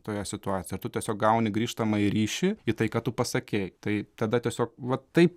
toje situacijoje tu tiesiog gauni grįžtamąjį ryšį į tai ką tu pasakei tai tada tiesiog va taip